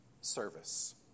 service